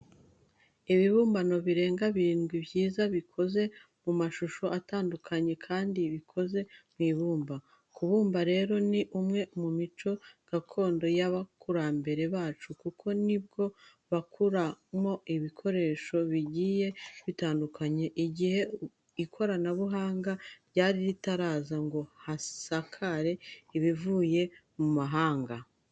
Ibibumbano birenga birindwi byiza bikoze mu mashusho atandukanye kandi bikoze mu ibumba. Kubumba rero ni umwe mu mico gakondo y'abakurambere bacu kuko ni bwo bakuragamo ibikoresho bigiye bitandukanye igihe ikoranabuhanga ryari ritaraza ngo hasakare ibivuye mu mahanga.